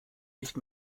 nicht